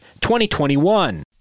2021